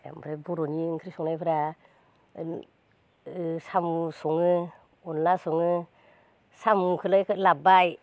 ओमफ्राय बर'नि ओंख्रि संनायफ्रा ओ सामु सङो अनद्ला सङो सामुखौलाय लाबबाय